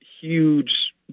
huge